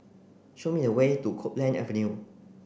show me the way to Copeland Avenue